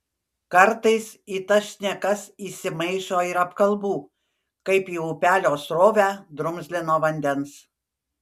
kartais į tas šnekas įsimaišo ir apkalbų kaip į upelio srovę drumzlino vandens